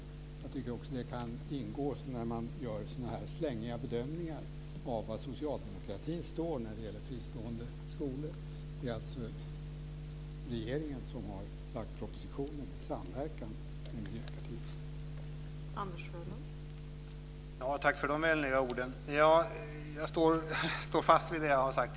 Jag tycker också att det kan ingå när man gör sådana här slängiga bedömningar av var socialdemokratin står när det gäller fristående skolor. Det är alltså regeringen som har lagt fram propositionen, i samverkan med Miljöpartiet.